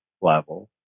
level